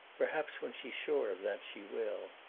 perhaps when she's sure of that she will.